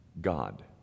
God